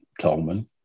Tolman